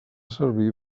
servir